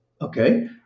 okay